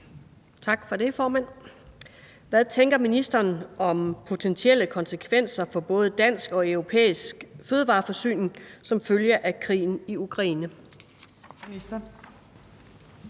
Matthiesen (V): Hvad tænker ministeren om potentielle konsekvenser for både dansk og europæisk fødevareforsyning som følge af krigen i Ukraine?